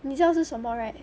你知道是什么 right